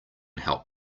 help